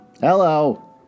Hello